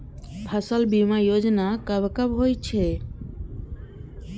फसल बीमा योजना कब कब होय छै?